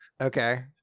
okay